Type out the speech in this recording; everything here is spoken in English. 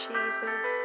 Jesus